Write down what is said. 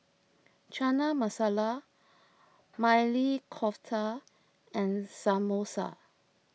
Chana Masala Maili Kofta and Samosa